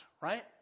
right